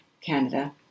Canada